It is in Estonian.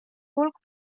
hulk